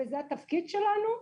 זה התפקיד שלנו,